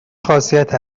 خاصیت